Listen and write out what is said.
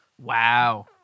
Wow